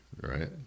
Right